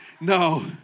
No